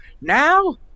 now